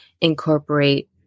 incorporate